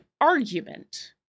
argument